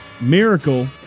Miracle